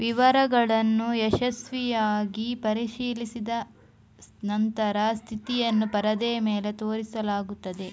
ವಿವರಗಳನ್ನು ಯಶಸ್ವಿಯಾಗಿ ಪರಿಶೀಲಿಸಿದ ನಂತರ ಸ್ಥಿತಿಯನ್ನು ಪರದೆಯ ಮೇಲೆ ತೋರಿಸಲಾಗುತ್ತದೆ